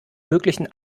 möglichen